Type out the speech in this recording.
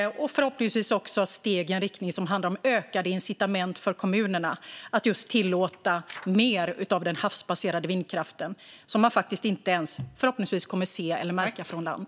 Förhoppningsvis innebär detta steg i en riktning som handlar om ökade incitament för kommunerna att just tillåta mer havsbaserad vindkraft från vindkraftverk som man inte kommer att se eller märka från land.